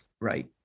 right